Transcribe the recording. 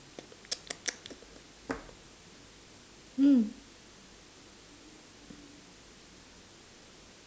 mm